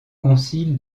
concile